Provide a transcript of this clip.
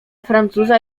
francuza